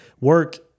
work